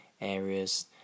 areas